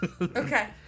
okay